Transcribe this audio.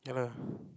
ya lah